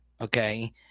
Okay